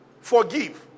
forgive